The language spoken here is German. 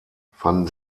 fanden